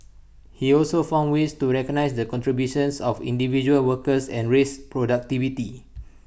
he also found ways to recognise the contributions of individual workers and raise productivity